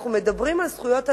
אנחנו מדברים על זכויות אדם,